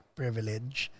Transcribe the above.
privilege